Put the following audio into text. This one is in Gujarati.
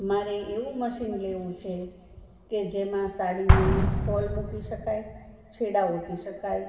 મારે એવું મશીન લેવું છે કે જેમાં સાડીને ફોલ મૂકી શકાય છેડા ઓટી શકાય